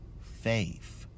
Faith